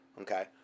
okay